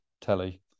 telly